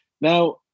Now